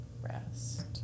rest